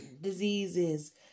diseases